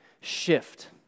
shift